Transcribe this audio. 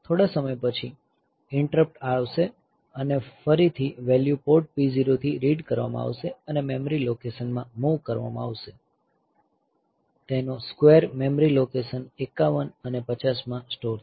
થોડા સમય પછી ઇન્ટરપ્ટ આવશે ફરીથી વેલ્યૂ પોર્ટ P0 થી રીડ કરવામાં આવશે અને મેમરી લોકેશન માં મૂવ કરવામાં આવશે તેનો સ્ક્વેર મેમરી લોકેશન 51 અને 50 માં સ્ટોર થશે